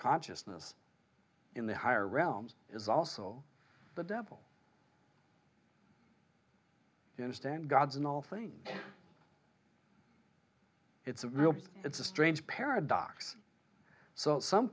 consciousness in the higher realms is also the devil in a stand god's in all things it's a real it's a strange paradox so some